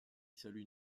salue